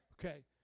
Okay